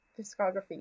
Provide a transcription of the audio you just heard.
discography